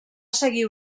seguir